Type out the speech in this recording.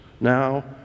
now